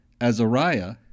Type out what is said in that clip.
Azariah